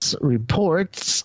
reports